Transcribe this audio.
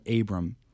Abram